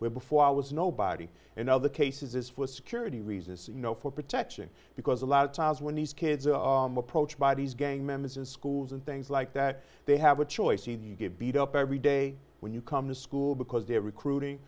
where before i was nobody in other cases it's for security reasons you know for protection because a lot of times when these kids are approached by these gang members in schools and things like that they have a choice and you get beat up every day when you come to school because they're recruiting